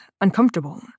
uncomfortable